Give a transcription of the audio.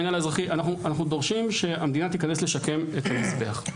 אנחנו דורשים שהמדינה תיכנס לשקם את המזבח.